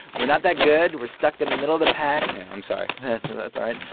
we're not that good. we're stuck in the middle of the pack i'm sorry that's all right.